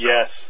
Yes